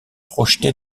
projeté